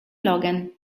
logan